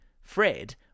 Fred